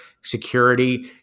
security